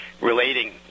relating